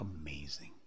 amazing